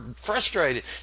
frustrated